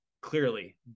clearly